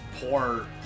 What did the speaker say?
poor